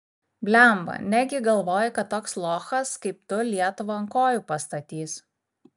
blemba negi galvoji kad toks lochas kaip tu lietuvą ant kojų pastatys